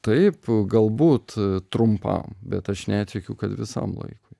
taip galbūt trumpam bet aš netikiu kad visam laikui